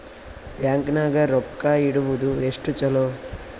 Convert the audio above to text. Bank ನಾಗ ರೊಕ್ಕ ಇಡುವುದು ಎಷ್ಟು ಚಲೋ?